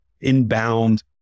inbound